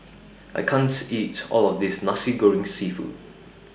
I can't eat All of This Nasi Goreng Seafood